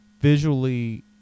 visually